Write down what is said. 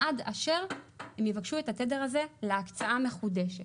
עד אשר הם יבקשו את התדר הזה להקצאה מחודשת.